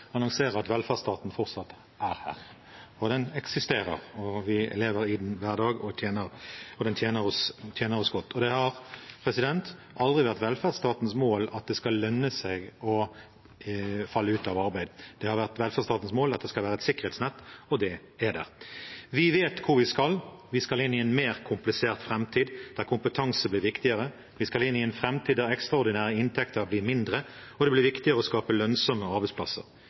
annonsere at velferdsstaten fortsatt er her. Den eksisterer. Vi lever i den hver dag, og den tjener oss godt. Det har aldri vært velferdsstatens mål at det skal lønne seg å falle ut av arbeid. Det har vært velferdsstatens mål at det skal være et sikkerhetsnett, og det er det. Vi vet hvor vi skal. Vi skal inn i en mer komplisert framtid der kompetanse blir viktigere. Vi skal inn i en framtid der de ekstraordinære inntektene blir lavere og det blir viktigere å skape lønnsomme arbeidsplasser.